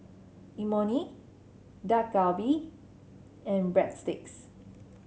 Imoni Dak Galbi and Breadsticks